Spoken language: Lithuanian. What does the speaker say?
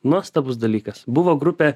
nuostabus dalykas buvo grupė